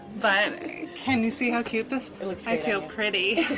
but can you see how cute this feel pretty